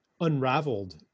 unraveled